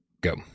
Go